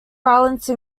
violence